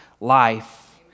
life